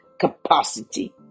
capacity